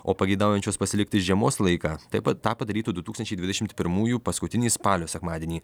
o pageidaujančios pasilikti žiemos laiką taip pat tą padarytų du tūkstančiai dvidešimt pirmųjų paskutinį spalio sekmadienį